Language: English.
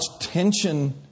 tension